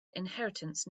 inheritance